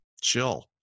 Chill